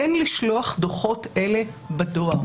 אין לשלוח דוחות אלה בדואר.